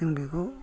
जों बेखौ